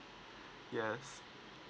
yes